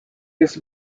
his